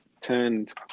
turned